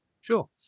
Sure